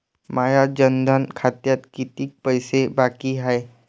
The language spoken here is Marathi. माया जनधन खात्यात कितीक पैसे बाकी हाय?